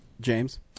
James